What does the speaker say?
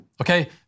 okay